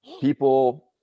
people –